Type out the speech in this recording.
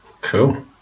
Cool